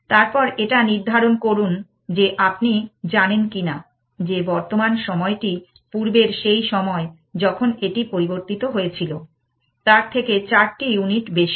তারপর এটা নির্ধারণ করুন যে আপনি জানেন কিনা যে বর্তমান সময়টি পূর্বের সেই সময় যখন এটি পরিবর্তিত হয়েছিলতার থেকে চারটি ইউনিট বেশি